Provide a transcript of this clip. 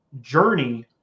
journey